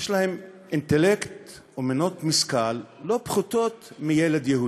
יש להם אינטלקט ומנות משכל לא פחותות מילד יהודי.